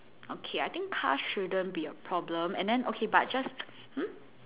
okay I think cars shouldn't be a problem and then okay but just hmm